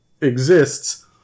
exists